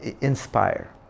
inspire